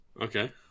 Okay